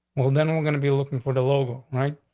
well, then we're gonna be looking for the local, right?